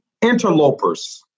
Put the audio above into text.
interlopers